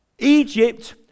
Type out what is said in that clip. Egypt